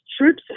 troops